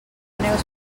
neus